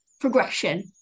progression